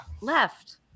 left